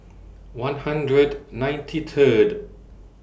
one hundred ninety Third